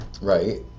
Right